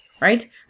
Right